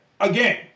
again